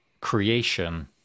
creation